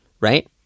right